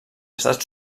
estrats